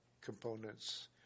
components